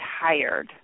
tired